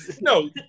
no